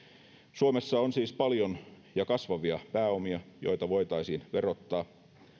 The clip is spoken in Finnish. suomessa on siis paljon ja kasvavia pääomia joita voitaisiin verottaa